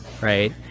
right